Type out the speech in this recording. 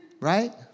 right